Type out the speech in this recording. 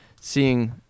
seeing